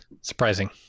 surprising